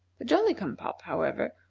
the jolly-cum-pop, however,